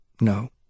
No